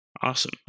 Awesome